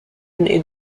est